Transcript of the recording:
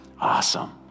awesome